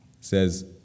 says